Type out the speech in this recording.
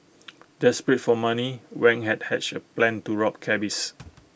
desperate for money Wang had hatched A plan to rob cabbies